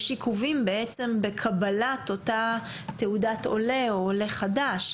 יש עיכובים בקבלת אותה תעודת עולה או עולה חדש.